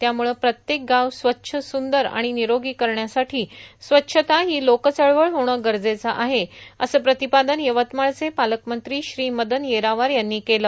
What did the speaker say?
त्यामुळं प्रत्येक गाव स्वच्छ स्वंदर आण निरोगी करण्यासाठी स्वच्छता ही लोकचळवळ होणं गरजेचं आहे असं प्रांतपादन यवतमाळचे पालकमंत्री श्री मदन येरावार यांनी केलं